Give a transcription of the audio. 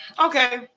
Okay